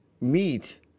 meet